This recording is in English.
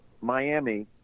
Miami